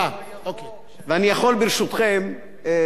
ואני יכול, ברשותכם, לומר את הדבר הבא: